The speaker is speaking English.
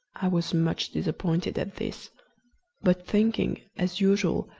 i was much disappointed at this but thinking, as usual,